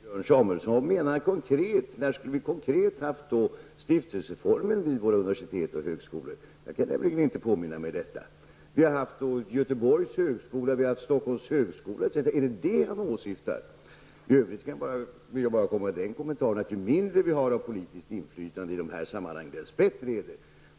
Herr talman! Jag efterlyser fortfarande vilken tid Björn Samuelson avser. När skulle vi, konkret, haft stiftelseform vid universitet och högskolor? Jag kan inte påminna mig detta. Vi har haft Göteborgs högskola, Stockholms högskola -- är det detta han åsyftar? I övrigt vill jag bara, med den kommentaren säga att ju mindre vi har av politiskt inflytande i dessa sammanhang dess bättre.